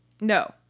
No